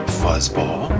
fuzzball